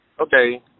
Okay